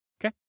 Okay